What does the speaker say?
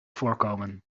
voorkomen